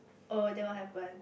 oh then what happen